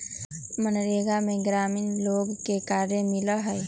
मनरेगा में ग्रामीण लोग के कार्य मिला हई